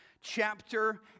Chapter